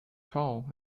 tall